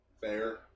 Fair